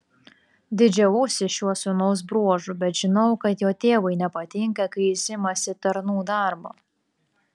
didžiavausi šiuo sūnaus bruožu bet žinojau kad jo tėvui nepatinka kai jis imasi tarnų darbo